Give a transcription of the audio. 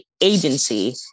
agency